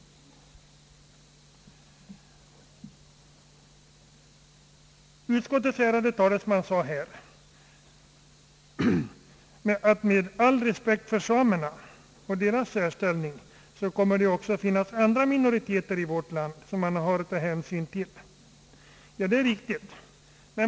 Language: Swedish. Utskottets ärade talesman yttrade att det — med all respekt för samerna och deras särställning — också kommer att finnas andra minoriteter i vårt land som man har att ta hänsyn till. Det är riktigt.